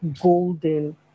golden